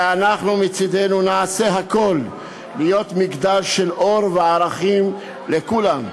ואנחנו מצדנו נעשה הכול להיות מגדל של אור וערכים לכולם.